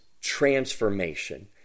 transformation